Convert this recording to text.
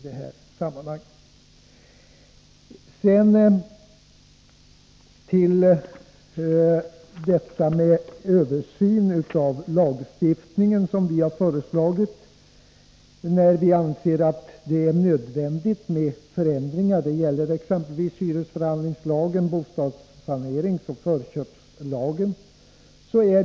Sedan till frågan om en översyn av lagstiftningen, som vi har föreslagit. Vi anser att det är nödvändigt med förändringar. Det gäller exempelvis hyresförhandlingslagen, bostadssaneringsoch förköpslagen.